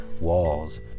walls